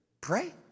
Pray